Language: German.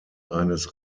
eines